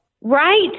Right